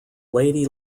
lady